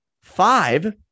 five